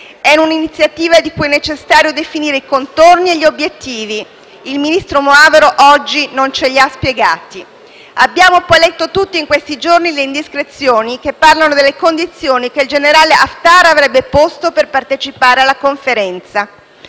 È un'iniziativa di cui è necessario definire i contorni e gli obiettivi; il ministro Moavero Milanesi oggi non ce li ha spiegati. Abbiamo letto tutti in questi giorni le indiscrezioni che parlano delle condizioni che il generale Haftar avrebbe posto per partecipare alla Conferenza.